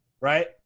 Right